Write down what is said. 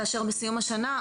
כאשר בסיום השנה,